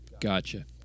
Gotcha